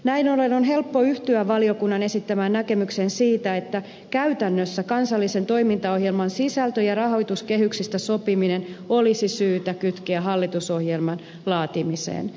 näin ollen on helppo yhtyä valiokunnan esittämään näkemykseen siitä että käytännössä kansallisen toimintaohjelman sisältö ja rahoituskehyksistä sopiminen olisi syytä kytkeä hallitusohjelman laatimiseen